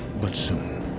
but soon.